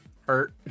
hurt